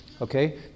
Okay